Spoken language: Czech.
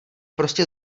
prostě